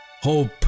Hope